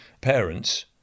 parents